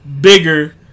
bigger